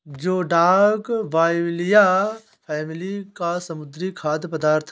जोडाक बाइबलिया फैमिली का समुद्री खाद्य पदार्थ है